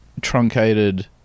truncated